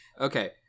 Okay